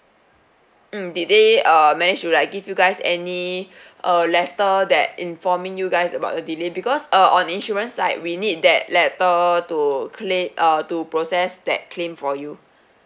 mm did they uh manage to like give you guys any err letter that informing you guys about the delay because uh on insurance side we need that letter to claim uh to process that claim for you